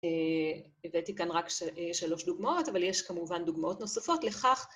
הבאתי כאן רק שלוש דוגמאות, אבל יש כמובן דוגמאות נוספות לכך.